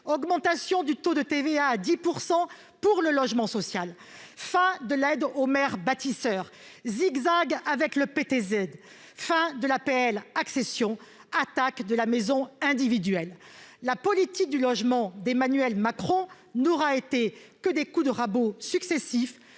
augmentation du taux de TVA à 10 % pour le logement social, fin de l'aide aux maires bâtisseurs zigzag avec le PTZ, fin de l'APL accession attaque de la maison individuelle, la politique du logement d'Emmanuel Macron n'aura été que des coups de rabot successifs